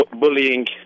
bullying